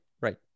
Right